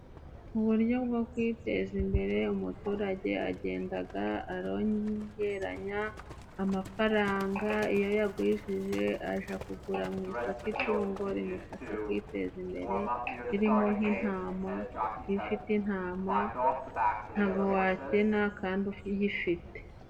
Mu buryo bwo kwiteza imbere, umuturage agenda arogeranya amafaranga. Iyo ayagwijije ajya kugura mu isoko itungo rimufasha kwiteza imbere, ririmo nk'intama. Iyo ufite intama, nta bwo wakena kandi uyifite.